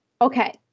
Okay